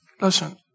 listen